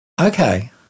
okay